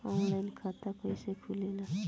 Online खाता कइसे खुलेला?